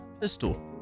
pistol